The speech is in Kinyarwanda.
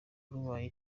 rubaye